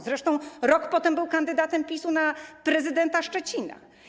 Zresztą rok później był kandydatem PiS-u na prezydenta Szczecina.